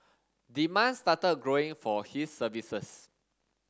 demand started growing for his services